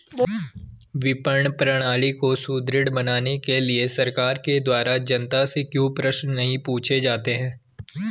विपणन प्रणाली को सुदृढ़ बनाने के लिए सरकार के द्वारा जनता से क्यों प्रश्न नहीं पूछे जाते हैं?